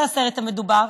זה הסרט המדובר,